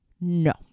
No